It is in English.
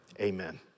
amen